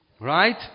Right